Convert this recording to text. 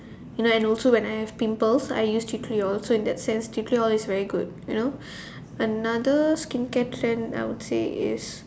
you know and also when I have pimples I use tea tree oil so in that sense tea tree oil is very good you know another skincare trend is